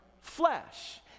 flesh